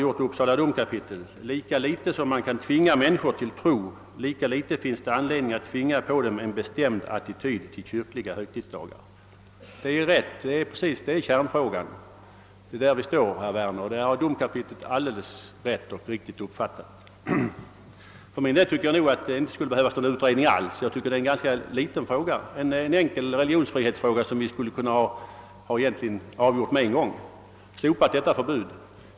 Jag vill citera följande: »Lika litet som man kan tvinga människor till tro, lika litet finns det anledning att tvinga på dem en bestämd attityd till kyrkliga högtidsdagar.» Det är ju kärnfrågan och det är ju där vi står, herr Werner. Domkapitlet har på ett alldeles riktigt sätt fattat vad frågan gäller. För min del tycker jag nog att det inte alls skulle behövas någon utredning. Jag anser att det gäller en liten enkel religionsfrihetsfråga, som vi skulle ha kunnat avgöra på en gång. Förbudet är ofattbart.